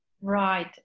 Right